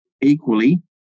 equally